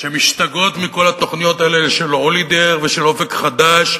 שמשתגעות מכל התוכניות האלה של "רולידר" ושל "אופק חדש"